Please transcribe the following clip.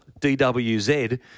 DWZ